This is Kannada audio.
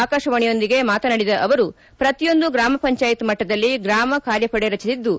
ಆಕಾಶವಾಣಿಯೊಂದಿಗೆ ಮಾತನಾಡಿದ ಅವರು ಪ್ರತಿಯೊಂದು ಗ್ರಾಮಪಂಚಾಯತ್ ಮಟ್ಟದಲ್ಲಿ ಗ್ರಾಮ ಕಾರ್ಯಪಡೆ ರಚಿಸಿದ್ದು